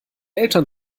eltern